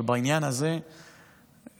אבל בעניין הזה יש